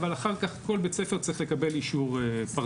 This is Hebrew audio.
אבל אחר כך כל בית ספר צריך לקבל אישור פרטני.